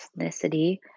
ethnicity